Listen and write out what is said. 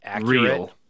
real